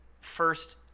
first